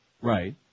Right